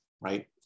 right